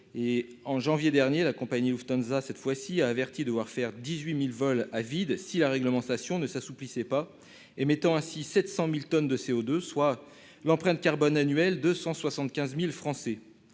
En janvier dernier, la compagnie Lufthansa a averti devoir faire 18 000 vols à vide si la réglementation ne s'assouplissait pas, émettant ainsi 700 000 tonnes de CO2, soit l'empreinte carbone annuelle de 175 000 Français.